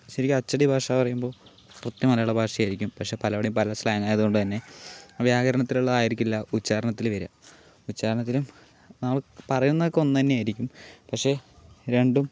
ശരിക്ക് അച്ചടി ഭാഷ പറയുമ്പോൾ ഒറ്റ മലയാളഭാഷ ആയിരിക്കും പക്ഷെ പലവടേയും പല സ്ലാങ്ങ് ആയതുകൊണ്ടുതന്നെ വ്യാകരണത്തിൽ ഉള്ളതായിരിക്കില്ല ഉച്ചാരണത്തിൽ വരുക ഉച്ചാരണത്തിലും നമ്മൾ പറയുന്നതൊക്കെ ഒന്ന് തന്നെയായിരിക്കും പക്ഷേ രണ്ടും